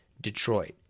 Detroit